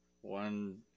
one